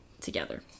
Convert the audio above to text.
together